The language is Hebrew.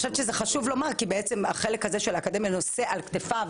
שאני חושבת שזה חשוב לומר כי החלק הזה של האקדמיה נושא על כתפיו